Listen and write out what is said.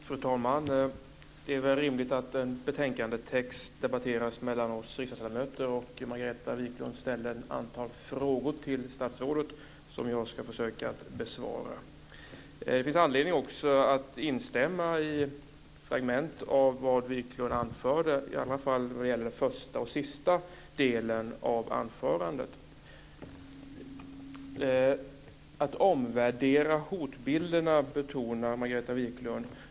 Fru talman! Det är väl rimligt att en betänkandetext debatteras mellan oss riksdagsledamöter. Margareta Viklund ställde ett antal frågor till statsrådet som jag ska försöka besvara. Det finns också anledning att instämma i fragment av vad Viklund anförde, i alla fall vad gäller den första och sista delen av anförandet. Att omvärdera hotbilderna, betonar Margareta Viklund.